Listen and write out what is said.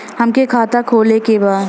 हमके खाता खोले के बा?